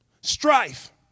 strife